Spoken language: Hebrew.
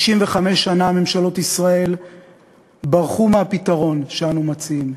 65 שנה ממשלות ישראל ברחו מהפתרון שאנו מציעים.